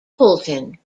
fulton